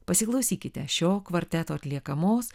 pasiklausykite šio kvarteto atliekamos